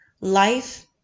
Life